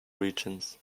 regions